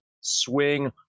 swing